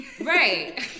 Right